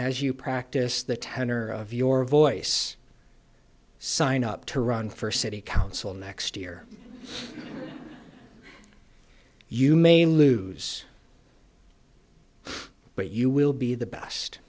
as you practice the tenor of your voice sign up to run for city council next year you may may lose but you will be the best